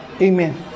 Amen